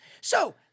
So-